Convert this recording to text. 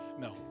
no